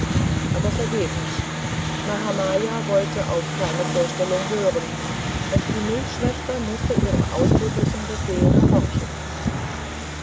aber vergebens mahamaya wollte auf keine vorstellung hören und die milchschwester mußte ihrem ausdrücklichen befehl gehorchen